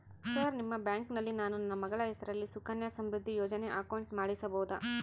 Sir ನಿಮ್ಮ ಬ್ಯಾಂಕಿನಲ್ಲಿ ನಾನು ನನ್ನ ಮಗಳ ಹೆಸರಲ್ಲಿ ಸುಕನ್ಯಾ ಸಮೃದ್ಧಿ ಯೋಜನೆ ಅಕೌಂಟ್ ಮಾಡಿಸಬಹುದಾ?